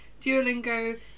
Duolingo